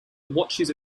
watches